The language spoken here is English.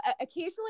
occasionally